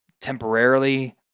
temporarily